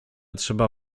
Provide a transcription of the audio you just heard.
trzeba